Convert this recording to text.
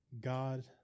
God